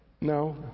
no